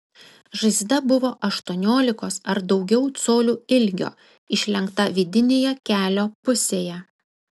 žaizda buvo aštuoniolikos ar daugiau colių ilgio išlenkta vidinėje kelio pusėje